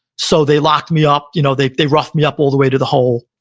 so they locked me up. you know they they roughed me up all the way to the hole.